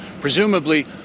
presumably